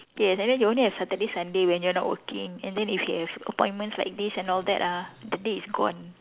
yes and then you only have Saturday Sunday when you are not working and then if you have appointments like this and all that ah the day is gone